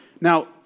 Now